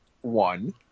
one